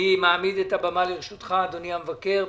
אני מעמיד את הבמה לרשותך, אדוני המבקר.